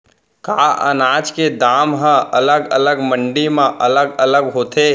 का अनाज के दाम हा अलग अलग मंडी म अलग अलग होथे?